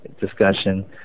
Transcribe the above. discussion